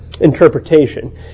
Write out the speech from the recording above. interpretation